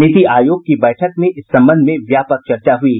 नीति आयोग की बैठक में इस संबंध में व्यापक चर्चा हुयी